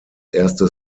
erste